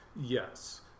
Yes